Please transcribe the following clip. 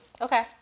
Okay